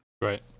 Right